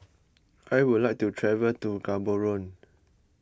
I would like to travel to Gaborone